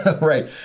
Right